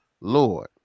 Lord